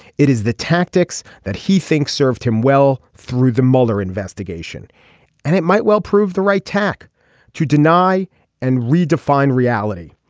it is the tactics that he thinks served him well through the mueller investigation and it might well prove the right tack to deny and redefine reality.